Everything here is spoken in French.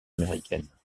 américaine